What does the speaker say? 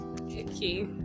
Okay